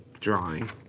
drawing